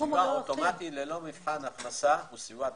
סיוע אוטומטי ללא מבחן הכנסה הוא סיוע דיפרנציאלי.